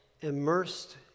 immersed